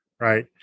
Right